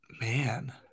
man